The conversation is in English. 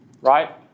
right